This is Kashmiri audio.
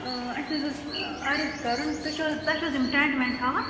اَسہِ حظ اوس عرض کَرُن تُہۍ چھِو حظ تۄہہِ چھِو حظ یِم ٹٮ۪نٛٹ وٮ۪ںٛٹ تھاوان